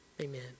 amen